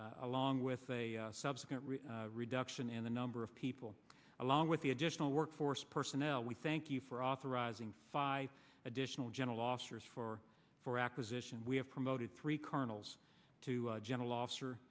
along with a subsequent reduction in the number of people along with the additional work force personnel we thank you for authorizing five additional general officers for four acquisition we have promoted three colonels to general officer